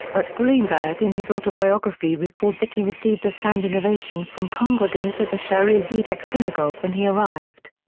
but greenberg in his autobiography recalled that he received a standing ovation from congregants at the shaarey zedek synagogue when he arrived.